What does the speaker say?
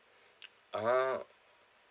ah